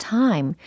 time